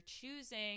choosing